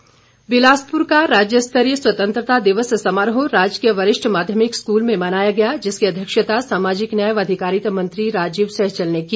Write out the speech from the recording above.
स्वतंत्रता दिवस बिलासपुर बिलासपुर का राज्य स्तरीय स्वतंत्रता दिवस समारोह राजकीय वरिष्ठ माध्यमिक स्कूल में मनाया गया जिसकी अध्यक्षता सामाजिक न्याय व अधिकारिता मंत्री राजीव सहजल ने की